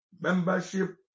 Membership